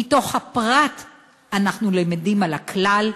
מתוך הפרט אנחנו למדים על הכלל,